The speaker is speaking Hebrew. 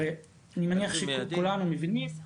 הרי, אני מניח שכולנו מבינים --- סליחה,